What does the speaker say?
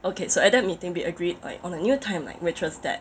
okay at that meeting we agreed like on a new timeline which was that